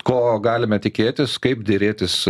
ko galime tikėtis kaip derėtis